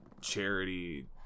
charity